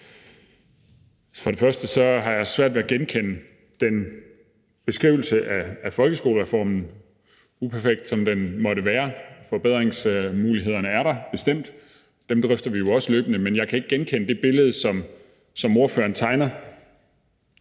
sige, at jeg har svært ved at genkende den beskrivelse af folkeskolereformen – uperfekt, som den måtte det være, forbedringsmulighederne er der bestemt, og dem drøfter vi jo også løbende. Men jeg kan ikke genkende det billede, som ordføreren tegner.